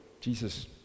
Jesus